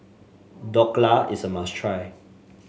Dhokla is a must try